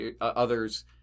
others